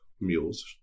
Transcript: mules